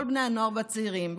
כל בני הנוער והצעירים,